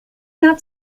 not